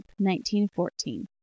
1914